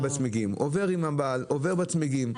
הוא בא, עובר ובודק את הצמיגים.